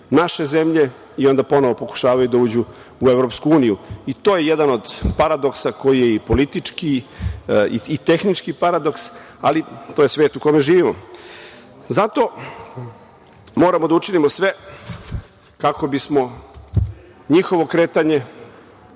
naše zemlje i onda ponovo pokušavaju da uđu u EU i to je jedan od paradoksa, koji je i politički i tehnički paradoks, ali to je svet u kome živimo. Zato moramo da učinimo sve kako bismo njihovo kretanje